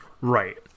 Right